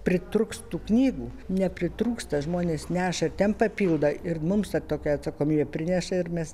pritruks tų knygų nepritrūksta žmonės neša ten papildo ir mums tą tokią atsakomybę prineša ir mes